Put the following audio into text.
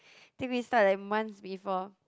think we start like months before